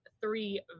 three